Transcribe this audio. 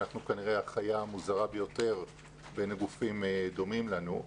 אנחנו כנראה החיה המוזרה ביותר בין גופים דומים לנו.